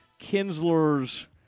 Kinsler's